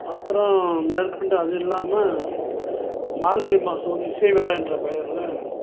அப்புறம் மேற்கொண்டு அது இல்லாமல் மார்கழி மாதம் வந்து இசைவிழா என்ற பெயரில்